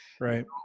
Right